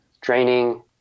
training